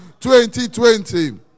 2020